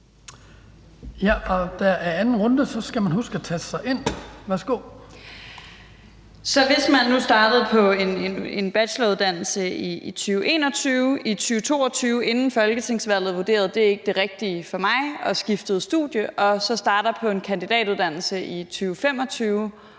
Hvis man nu startede på en bacheloruddannelse i 2021 inden folketingsvalget i 2022 og vurderede, at det ikke var det rigtige for en og skiftede studium, og så starter på en kandidatuddannelse i 2025